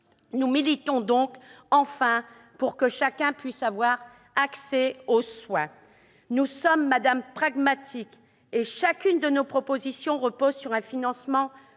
Nous militons, enfin, pour que chacun puisse avoir accès aux soins. Nous sommes pragmatiques et chacune de nos propositions repose sur un financement